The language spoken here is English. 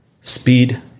Speed